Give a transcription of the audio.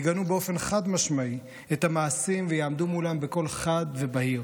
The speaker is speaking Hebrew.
יגנו באופן חד-משמעי את המעשים ויעמדו מולם בקול חד ובהיר,